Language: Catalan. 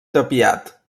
tapiat